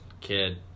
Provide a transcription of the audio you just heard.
kid